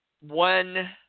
One